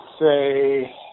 say